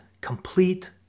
complete